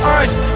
Earth